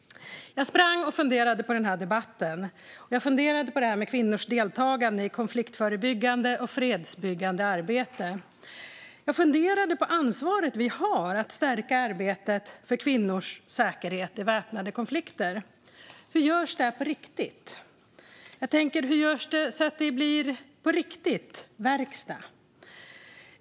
Jag sprang och funderade på den här debatten. Jag funderade på kvinnors deltagande i konfliktförebyggande och fredsbyggande arbete. Jag funderade på ansvaret vi har att stärka arbetet för kvinnors säkerhet i väpnade konflikter. Hur görs det på riktigt? Hur görs det så att det blir verkstad på riktigt?